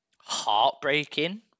heartbreaking